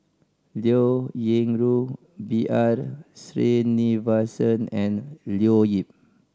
Liao Yingru B R Sreenivasan and Leo Yip